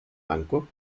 banco